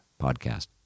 podcast